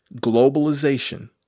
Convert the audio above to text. globalization